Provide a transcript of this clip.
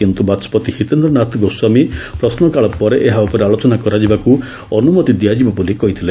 କିନ୍ତୁ ବାଚସ୍କତି ହିତେନ୍ଦ୍ରନାଥ ଗୋସ୍ୱାମୀ ପ୍ରଶ୍ନକାଳ ପରେ ଏହା ଉପରେ ଆଲୋଚନା କରାଯିବାକୁ ଅନୁମତି ଦିଆଯିବ ବୋଲି କହିଥିଲେ